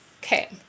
Okay